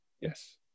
Yes